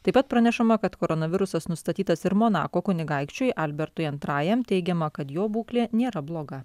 taip pat pranešama kad koronavirusas nustatytas ir monako kunigaikščiui albertui antrajam teigiama kad jo būklė nėra bloga